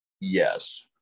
yes